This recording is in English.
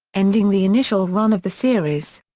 ending the initial run of the series.